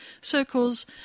circles